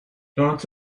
doughnuts